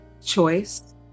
choice